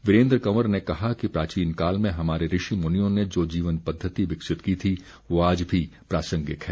वीरेन्द्र कंवर ने कहा कि प्राचीन काल में हमारे ऋषि मुनियों ने जो जीवन पद्वति विकसित की थी वह आज भी प्रासंगिक है